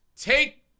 take